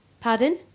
Pardon